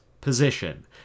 position